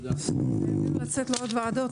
אני צריכה להשתתף בעוד ועדות.